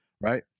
Right